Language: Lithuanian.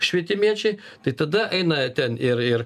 švietimiečiai tai tada eina ten ir ir